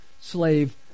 slave